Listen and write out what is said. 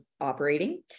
operating